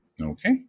Okay